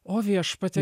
o viešpatie